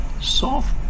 soft